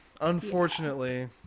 Unfortunately